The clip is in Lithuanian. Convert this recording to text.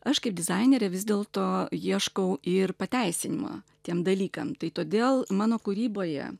aš kaip dizainerė vis dėlto ieškau ir pateisinimo tiem dalykam tai todėl mano kūryboje